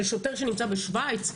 לשוטר שנמצא בשוויץ,